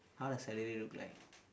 how does celery look like